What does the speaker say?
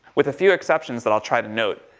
with a few exceptions that i'll try to note,